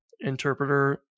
interpreter